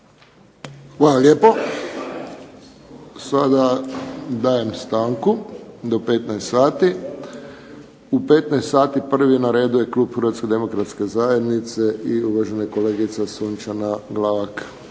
Hvala lijepo. Sada dajem stanku do 15 sati. U 15 sati prvi na redu je klub Hrvatske demokratske zajednice, i uvažena kolegica Sunčana Glavak.